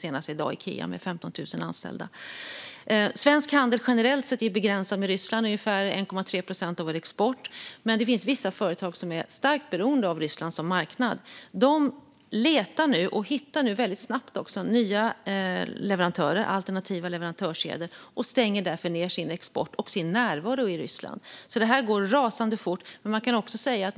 Senast i dag var det Ikea med 15 000 anställda. Svensk handel generellt är begränsad med Ryssland. Den står för ungefär 1,3 procent av vår export. Men det finns vissa företag som är starkt beroende av Ryssland som marknad. De letar nu och hittar också snabbt nya leverantörer, alternativa leverantörskedjor, och stänger därför ned sin export till och sin närvaro i Ryssland. Det går rasande fort.